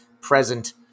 present